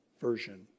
version